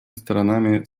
сторонами